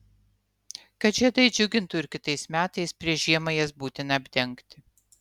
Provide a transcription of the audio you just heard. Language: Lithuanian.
kad žiedai džiugintų ir kitais metais prieš žiemą jas būtina apdengti